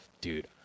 dude